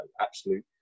absolute